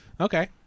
Okay